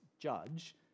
judge